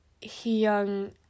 He-young